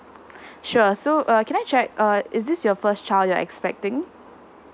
sure so uh can I check uh is this your first child you're expecting